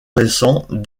récents